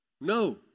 No